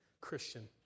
Christian